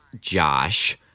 Josh